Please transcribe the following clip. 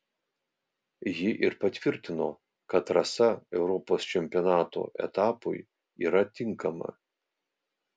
ji ir patvirtino kad trasa europos čempionato etapui yra tinkama